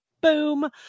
boom